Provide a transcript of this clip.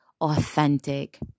authentic